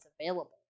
available